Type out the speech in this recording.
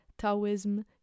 Taoism